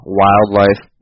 wildlife